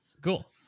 cool